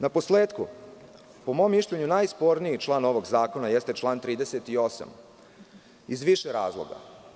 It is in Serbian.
Naposletku, po mom mišljenju, najsporniji član ovog zakona jeste član 38, iz više razloga.